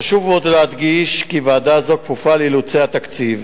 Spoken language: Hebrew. חשוב עוד להדגיש כי ועדה זו כפופה לאילוצי התקציב,